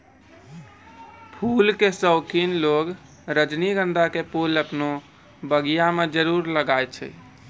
फूल के शौकिन लोगॅ रजनीगंधा के फूल आपनो बगिया मॅ जरूर लगाय छै